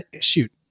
shoot